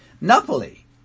Napoli